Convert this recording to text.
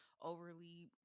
overly